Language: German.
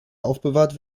aufbewahrt